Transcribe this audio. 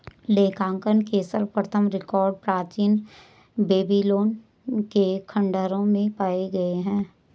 लेखांकन के सर्वप्रथम रिकॉर्ड प्राचीन बेबीलोन के खंडहरों में पाए गए हैं